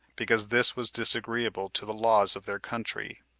because this was disagreeable to the laws of their country.